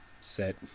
Set